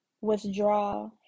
withdraw